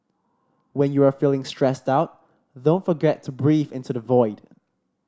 when you are feeling stressed out don't forget to breathe into the void